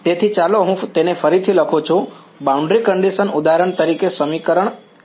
તેથી ચાલો હું તેને ફરીથી લખું છું બ્રાઉન્ડ્રી કંડીશન ઉદાહરણ તરીકે સમીકરણ 1 છે